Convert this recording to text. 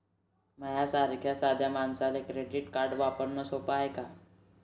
माह्या सारख्या साध्या मानसाले क्रेडिट कार्ड वापरने सोपं हाय का?